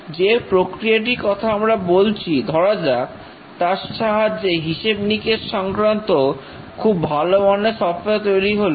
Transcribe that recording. যে প্রক্রিয়াটির কথা আমরা বলছি ধরা যাক তার সাহায্যে হিসেব নিকেশ সংক্রান্ত খুব ভালো মানের সফটওয়্যার তৈরি হলো